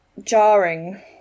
jarring